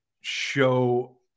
show